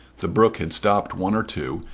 the brook had stopped one or two,